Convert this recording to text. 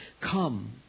come